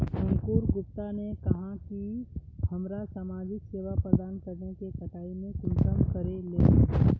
अंकूर गुप्ता ने कहाँ की हमरा समाजिक सेवा प्रदान करने के कटाई में कुंसम करे लेमु?